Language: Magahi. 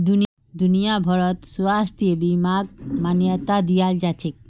दुनिया भरत स्वास्थ्य बीमाक मान्यता दियाल जाछेक